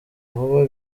vuba